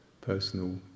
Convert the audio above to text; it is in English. personal